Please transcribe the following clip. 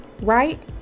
right